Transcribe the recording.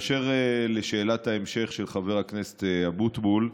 אשר לשאלת ההמשך של חבר הכנסת אבוטבול,